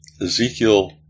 Ezekiel